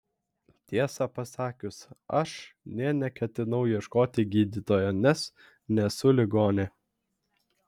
tiesą pasakius aš nė neketinau ieškoti gydytojo nes nesu ligonė